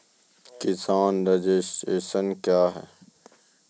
किसान रजिस्ट्रेशन क्या हैं?